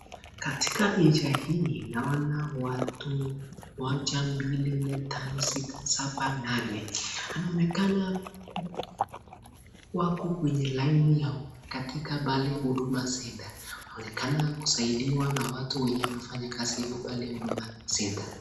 Katiak picha hii naona watu moja, mbili, nne ,tano, sita, saba, nane. Anaonekana wako kwenye laini ya katika pale Huduma Centre. Anaonekana kusaidiwa na watu wenye wanafanya kazi pale Huduma Centre.